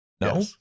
no